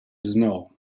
snow